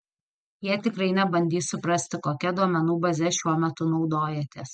jie tikrai nebandys suprasti kokia duomenų baze šiuo metu naudojatės